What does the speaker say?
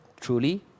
truly